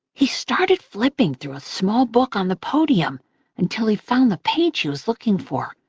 he started flipping through a small book on the podium until he found the page he was looking for,